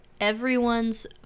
everyone's